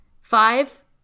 Five